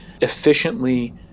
efficiently